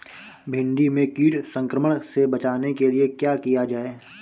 भिंडी में कीट संक्रमण से बचाने के लिए क्या किया जाए?